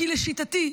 כי לשיטתי,